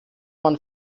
waren